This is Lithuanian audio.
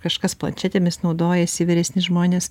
kažkas planšetėmis naudojasi vyresni žmonės